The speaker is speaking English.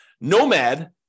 Nomad